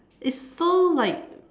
it's so like